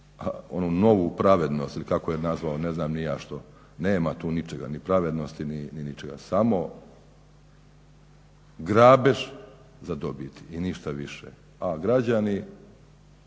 onu novu pravednost ili kako je nazvao ne znam ni ja što. Nema tu ničega ni pravednosti ni ničega samo grabež za dobit i ništa više, a građani